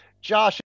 Josh